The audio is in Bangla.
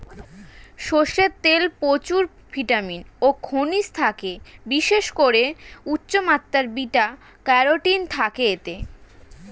সরষের তেলে প্রচুর ভিটামিন ও খনিজ থাকে, বিশেষ করে উচ্চমাত্রার বিটা ক্যারোটিন থাকে এতে